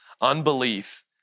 unbelief